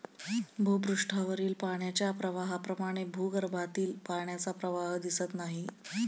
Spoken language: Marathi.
भूपृष्ठावरील पाण्याच्या प्रवाहाप्रमाणे भूगर्भातील पाण्याचा प्रवाह दिसत नाही